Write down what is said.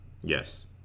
Yes